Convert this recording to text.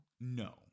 No